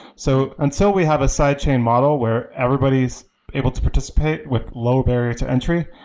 so and so we have a side chain model where everybody is able to participate with low barrier to entry,